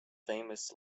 famous